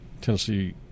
Tennessee